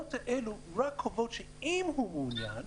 התקנות האלה קובעות שאם הוא מעוניין,